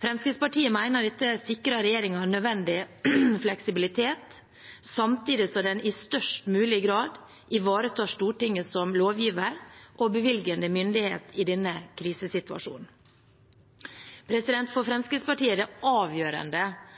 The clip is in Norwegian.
Fremskrittspartiet mener dette sikrer regjeringen nødvendig fleksibilitet, samtidig som det i størst mulig grad ivaretar Stortinget som lovgiver og bevilgende myndighet i denne krisesituasjonen. For Fremskrittspartiet er det avgjørende